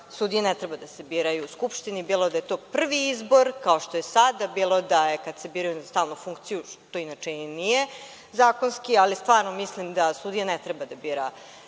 sudije ne treba da se biraju u Skupštini, bilo da je to prvi izbor, kao što je sada, bilo da se biraju na stalne funkcije, što inače i nije zakonski, ali stvarno mislim da sudije ne treba da bira